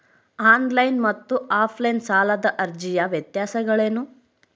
On line ಮತ್ತು offline ಸಾಲದ ಅರ್ಜಿಯ ವ್ಯತ್ಯಾಸಗಳೇನು?